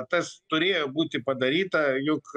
tas turėjo būti padaryta juk